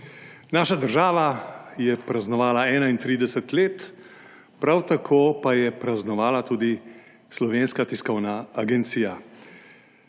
Naša država je praznovala 31 let, prav tako pa je praznovala tudi Slovenska tiskovna agencija.